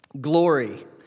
Glory